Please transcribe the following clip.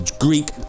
Greek